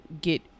get